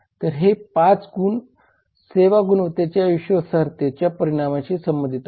तर हे 5 गुण सेवा गुणवत्तेच्या विश्वासार्हतेच्या परिमाणांशी संबंधित आहेत